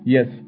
Yes